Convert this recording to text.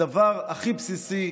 הדבר הכי בסיסי.